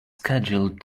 scheduled